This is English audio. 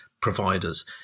providers